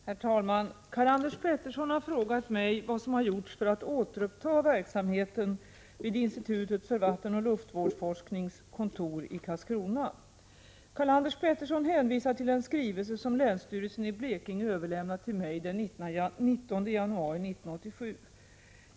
Herr talman! Karl-Anders Petersson har frågat mig vad som har gjorts för att återuppta verksamheten vid institutets för vattenoch luftvårdsforskning kontor i Karlskrona. Karl-Anders Petersson hänvisar till en skrivelse som länsstyrelsen i Blekinge överlämnat till mig den 19 januari 1987.